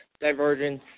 divergence